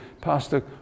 Pastor